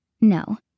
No